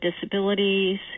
disabilities